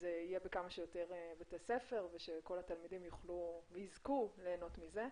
שזה יהיה בכמה שיותר בתי ספר ושכל התלמידים יזכו ליהנות מזה.